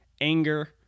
anger